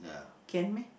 can meh